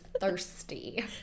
thirsty